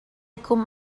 kum